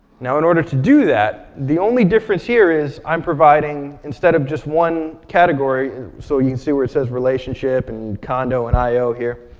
now in order to do that, the only difference here is i'm providing, instead of just one category so you can see where it says relationship, and condo, and i o here